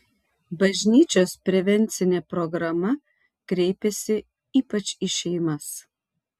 bažnyčios prevencinė programa kreipiasi ypač į šeimas